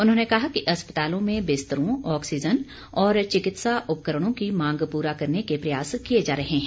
उन्होंने कहा कि अस्पतालों में बिस्तरों ऑक्सीजन और चिकित्सा उपकरणों की मांग पूरा करने के प्रयास किए जा रहे हैं